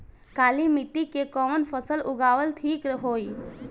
काली मिट्टी में कवन फसल उगावल ठीक होई?